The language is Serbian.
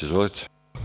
Izvolite.